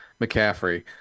McCaffrey